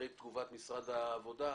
אחרי תגובת משרד העבודה,